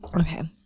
Okay